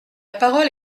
parole